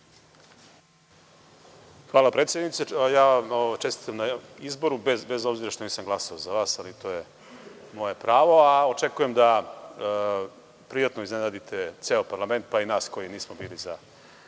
Hvala, predsednice. Čestitam vam na izboru, bez obzira što nisam glasao za vas, to je moje pravo. Očekujem da prijatno iznenadite ceo parlament, pa i nas koji nismo glasali